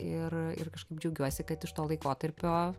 ir ir kažkaip džiaugiuosi kad iš to laikotarpio